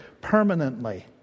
permanently